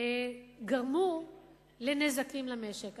גרמו לנזקים למשק.